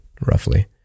roughly